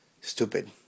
stupid